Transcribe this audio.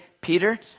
Peter